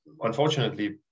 unfortunately